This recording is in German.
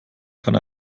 kann